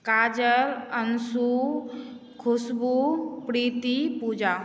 Kajal Anshu Khushboo Preeti Puja